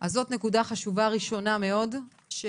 זאת נקודה ראשונה, חשובה מאוד.